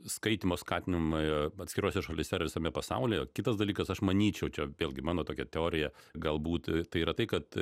skaitymo skatinimui atskirose šalyse ar visame pasaulyje kitas dalykas aš manyčiau čia vėlgi mano tokia teorija galbūt tai yra tai kad